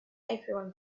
everyone